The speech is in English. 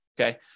Okay